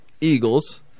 Eagles